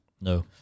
no